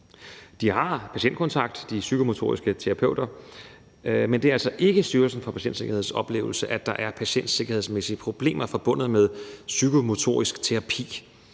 fare for patienterne. De psykomotoriske terapeuter har patientkontakt, men det er altså ikke Styrelsen for Patientsikkerheds oplevelse, at der er patientsikkerhedsmæssige problemer forbundet med psykomotorisk terapi.